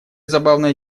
забавной